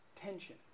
tension